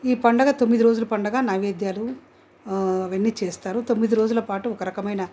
ఈ పండుగ తొమ్మిది రోజులు పండగ నైవేధ్యాలు అవి అన్నీ చేస్తారు తొమ్మిది రోజులపాటు ఒకరకమైన